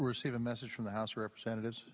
receive a message from the house of represent